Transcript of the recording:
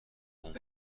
اون